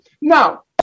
Now